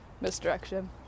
misdirection